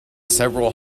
several